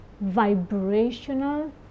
vibrational